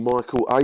Michael